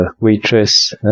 waitress